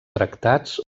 tractats